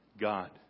God